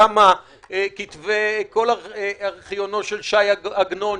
שם כתבי כל ארכיונו של שי עגנון,